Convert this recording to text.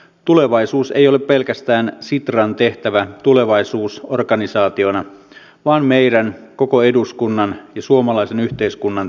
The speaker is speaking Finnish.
tulevaisuus ei ole pelkästään sitran tehtävä tulevaisuusorganisaationa vaan meidän koko eduskunnan ja suomalaisen yhteiskunnan tehtävä